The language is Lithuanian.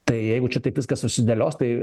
tai jeigu čia taip viskas susidėlios tai